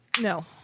No